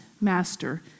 master